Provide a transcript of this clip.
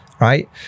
right